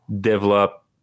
develop